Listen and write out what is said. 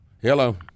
Hello